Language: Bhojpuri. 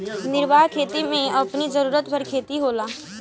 निर्वाह खेती में अपनी जरुरत भर खेती होला